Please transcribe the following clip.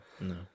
No